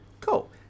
Cool